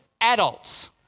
adults